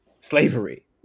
slavery